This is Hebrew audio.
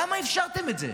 למה אפשרתם את זה?